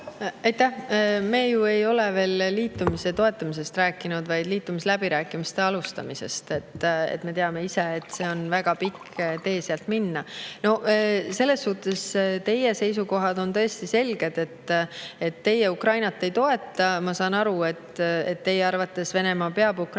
Me ju ei ole veel liitumise toetamisest rääkinud, vaid liitumisläbirääkimiste alustamisest. Me teame ise, et sealt on veel väga pikk tee minna. Teie seisukohad on täiesti selged. Teie Ukrainat ei toeta. Ma saan aru, et teie arvates Venemaa peab Ukrainas